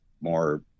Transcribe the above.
more